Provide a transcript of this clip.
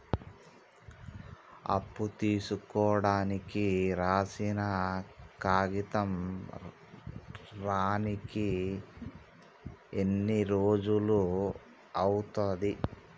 అప్పు తీసుకోనికి రాసిన కాగితం రానీకి ఎన్ని రోజులు అవుతది?